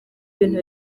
ibintu